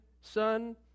son